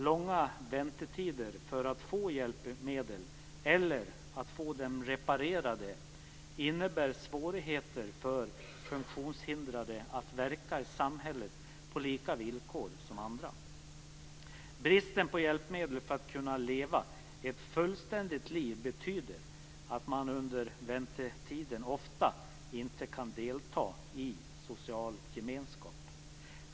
Långa väntetider för att få hjälpmedlen eller för att få dem reparerade innebär svårigheter för funktionshindrade att verka i samhället på samma villkor som andra. Bristen på hjälpmedel för att kunna leva ett fullständigt liv betyder att man under väntetiden ofta inte kan delta i social gemenskap.